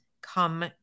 come